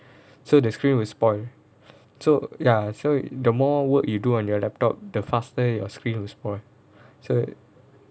so the screen will spoil so ya so the more work you do on your laptop the faster your screen will spoil so